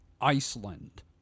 Iceland